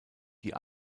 die